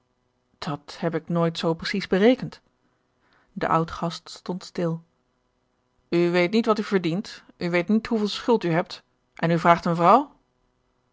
dat heb ik nooit zoo precies berekend de oud gast stond stil u weet niet wat u verdient u weet niet hoeveel schuld u hebt en u vraagt een vrouw